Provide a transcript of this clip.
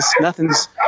Nothing's